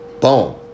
Boom